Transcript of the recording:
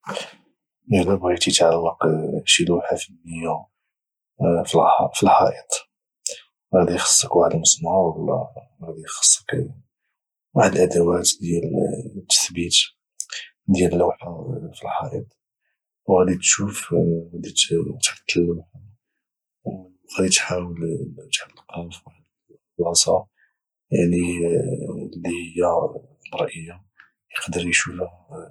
الا بغيتي تعلق شي لوحه فنيه في الحائط غادي يخصك واحد المسمار ولا غادي يخصك واحد الادوات ديال التثبيت ديال لوحه في الحائط وغادي تشوف غادي تحط اللوحه وغادي تحاول تعلقها في واحد البلاصه اللي مرئيه يقدر يشوفها اي واحد